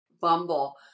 Bumble